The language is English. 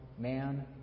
man